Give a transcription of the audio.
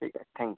ठीकंय thank you